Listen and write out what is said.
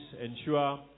ensure